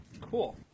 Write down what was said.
Cool